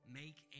make